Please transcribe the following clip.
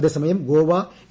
അതേസമയം ഗോവ എ